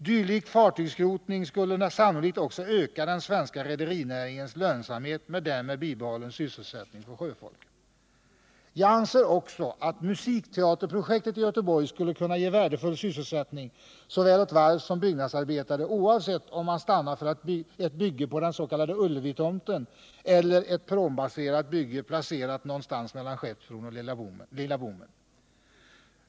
Dylik fartygsskrotning skulle sannolikt också öka den svenska rederinäringens lönsamhet och därmed leda till bibehållen sysselsättning för sjöfolket. Jag anser också, att Musikteaterprojektet i Göteborg skulle kunna ge värdefull sysselsättning åt såväl varvssom byggnadsarbetare, oavsett om man stannar för ett bygge på den s.k. Ullevitomten eller ett pråmbaserat bygge placerat någonstans mellan Skeppsbron och Lilla Bommen.